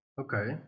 okay